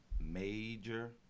major